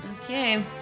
Okay